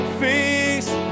face